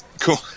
Cool